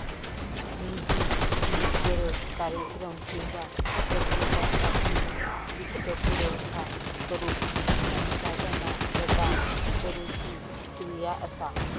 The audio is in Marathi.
निधी ही गरज, कार्यक्रम किंवा प्रकल्पासाठी वित्तपुरवठा करुक संसाधना प्रदान करुची क्रिया असा